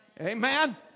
Amen